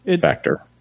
factor